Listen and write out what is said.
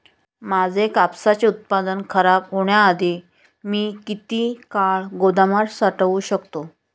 माझे कापसाचे उत्पादन खराब होण्याआधी मी किती काळ गोदामात साठवू शकतो?